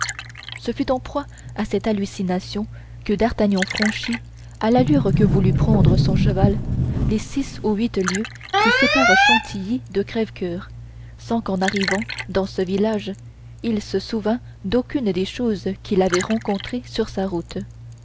ce fut en proie à cette hallucination que d'artagnan franchit à l'allure que voulut prendre son cheval les six ou huit lieues qui séparent chantilly de crèvecoeur sans qu'en arrivant dans ce village il se souvînt d'aucune des choses qu'il avait rencontrées sur sa route